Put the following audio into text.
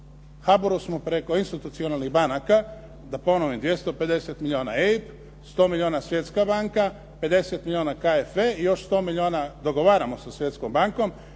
HBOR-u smo preko institucionalnim banaka, da ponovim 250 milijuna EIB, 100 milijuna Svjetska banka, 50 milijuna KFE i još 100 milijuna dogovaramo sa Svjetskom bankom.